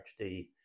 HD